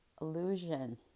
illusion